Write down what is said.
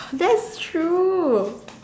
that's true